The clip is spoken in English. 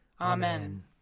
Amen